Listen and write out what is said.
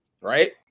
Right